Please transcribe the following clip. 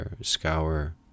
scour